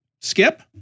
Skip